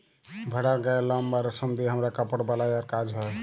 ভেড়ার গায়ের লম বা রেশম দিয়ে হামরা কাপড় বালাই আর কাজ হ্য়